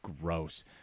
gross